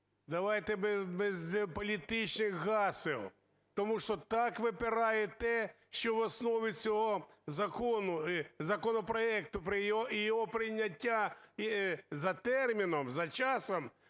давайте без політичних гасел, тому що так випирає те, що в основі цього законопроекту, і його прийняття і за терміном, за часом